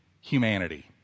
humanity